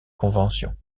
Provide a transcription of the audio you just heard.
convention